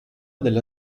della